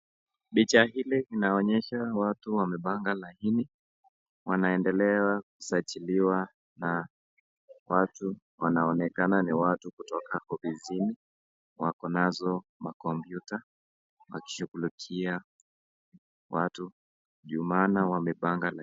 Picha hili inonyesha watu watu wamepanga laini wanaendelea kusajiliwa watu wanoonekana ni watu kutoka ofisini wakonaso makomputa wakishughulikia watu ndio maana wamepanga laini.